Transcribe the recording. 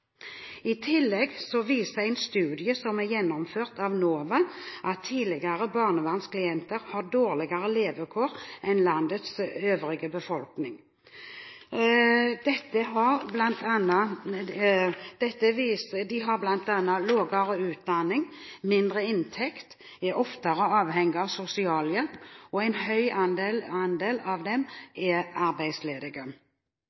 I tillegg viser en studie som er gjennomført av NOVA, at tidligere barnevernsklienter har dårligere levekår enn landets øvrige befolkning. De har bl.a. lavere utdanning, mindre inntekt, er oftere avhengig av sosialhjelp, og en stor andel